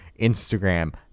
instagram